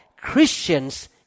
Christians